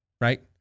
right